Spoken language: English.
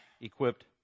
equipped